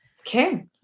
Okay